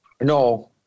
No